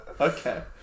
Okay